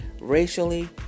Racially